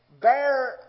bear